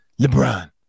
LeBron